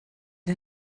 der